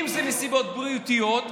אם זה מסיבות בריאותיות.